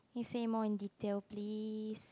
you say more in detail please